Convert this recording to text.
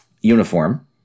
uniform